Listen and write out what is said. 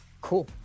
cool